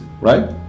right